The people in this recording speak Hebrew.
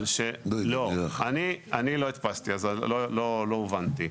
אני לא הדפסתי, אז לא הובנתי.